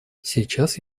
сейчас